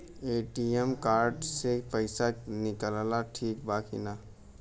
ATM card से पईसा निकालल ठीक बा की ना?